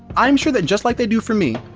i'm sure that just like they do for me,